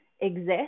exist